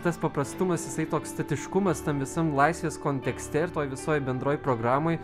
tas paprastumas jisai toks statiškumas tam visam laisvės kontekste ir toj visoj bendroj programoj